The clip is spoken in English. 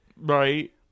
Right